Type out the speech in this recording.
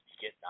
get